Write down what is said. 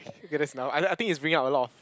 okay that's now I I think it's bringing up a lot of